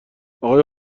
آقای